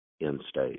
in-state